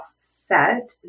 offset